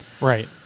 Right